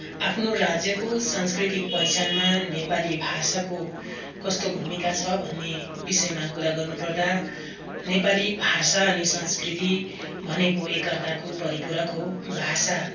आफ्नो राज्यको सांस्कृतिक पहिचानमा नेपाली भाषाको कस्तो भूमिका छ भन्ने विषयमा कुरा गर्नुपर्दा नेपाली भाषा अनि संस्कृति भनेको एकाअर्काको परिपूरक हो भाषा